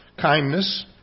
kindness